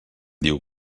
diu